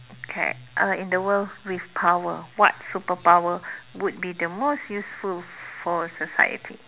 okay uh in the world with power what superpower would be the most useful for society